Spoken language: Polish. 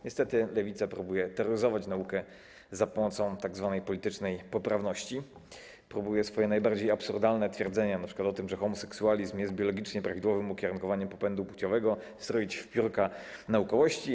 Niestety Lewica próbuje terroryzować naukę za pomocą tzw. politycznej poprawności, próbuje swoje najbardziej absurdalne twierdzenia, np. o tym, że homoseksualizm jest biologicznie prawidłowym ukierunkowaniem popędu płciowego, stroić w piórka naukowości.